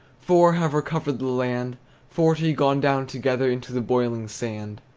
four have recovered the land forty gone down together into the boiling sand.